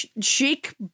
chic